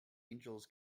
angels